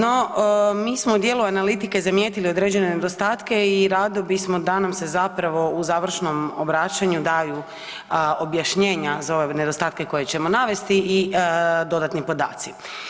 No, mi smo u dijelu analitike zamijetili određene nedostatke i rado bismo da nam se zapravo u završnom obraćanju daju objašnjenja za ove nedostatke koje ćemo navesti i dodatni podaci.